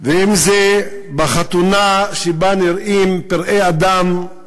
ואם זה בחתונה שבה נראים פראי אדם,